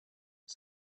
was